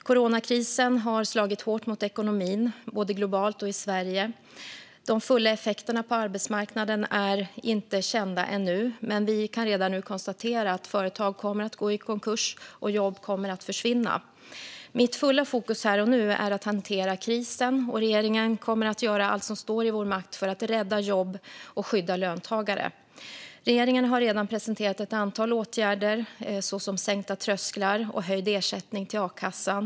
Coronakrisen har slagit hårt mot ekonomin både globalt och i Sverige. De fulla effekterna på arbetsmarknaden är ännu inte kända, men vi kan redan nu konstatera att företag kommer att gå i konkurs och att jobb kommer att försvinna. Mitt fulla fokus här och nu är att hantera krisen, och regeringen kommer att göra allt som står i vår makt för att rädda jobb och skydda löntagare. Regeringen har redan presenterat ett antal åtgärder, till exempel sänkta trösklar och höjd ersättning till a-kassan.